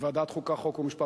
בוועדת החוקה, חוק ומשפט.